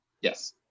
Yes